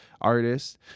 artists